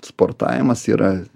sportavimas yra